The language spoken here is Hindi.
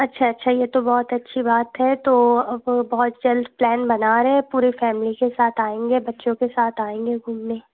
अच्छा अच्छा यह तो बहुत अच्छी बात है तो अब बहुत जल्द प्लैन बना रहे हैं पूरे फैमिली से साथ आएंगे बच्चों के साथ आएंगे घूमने